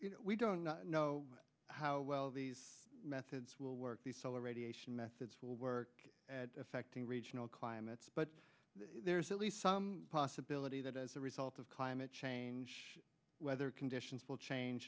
caldera we don't know how well these methods will work the solar radiation methods will work at affecting regional climates but there's at least some possibility that as a result of climate change weather conditions will change